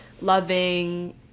loving